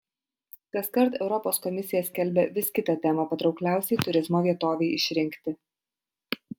kaskart europos komisija skelbia vis kitą temą patraukliausiai turizmo vietovei išrinkti